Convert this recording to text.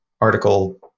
article